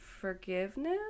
forgiveness